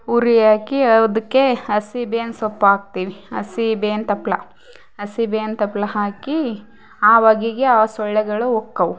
ಉರಿ ಹಾಕಿ ಅದಕ್ಕೆ ಹಸಿ ಬೇವ್ನ ಸೊಪ್ಪು ಹಾಕ್ತೀವಿ ಹಸಿ ಬೇವ್ನ ತಪ್ಪಲ ಹಸಿ ಬೇವ್ನ ತಪ್ಪಲ ಹಾಕಿ ಆ ಹೊಗಿಗೆ ಆ ಸೊಳ್ಳೆಗಳು ಹೋಕ್ಕವು